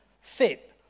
fit